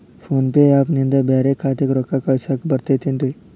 Phone pay app ನಿಂದ ಬ್ಯಾರೆ ಖಾತೆಕ್ ರೊಕ್ಕಾ ಕಳಸಾಕ್ ಬರತೈತೇನ್ರೇ?